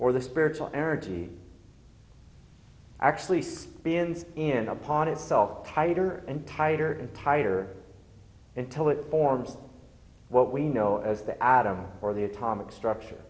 or the spiritual energy actually spins in upon itself tighter and tighter and tighter until it forms what we know as the atom or the atomic structure